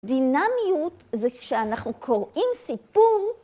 דינמיות זה כשאנחנו קוראים סיפור,